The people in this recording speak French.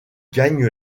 gagne